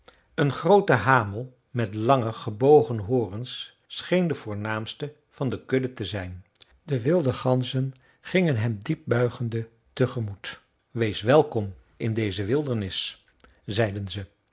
een groote hamel met lange gebogen horens scheen de voornaamste van de kudde te zijn de wilde ganzen gingen hem diep buigende te gemoet wees welkom in deze wildernis zeiden ze